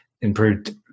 improved